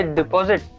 deposit